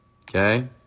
okay